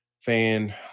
fan